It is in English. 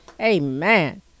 Amen